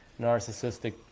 narcissistic